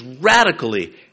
radically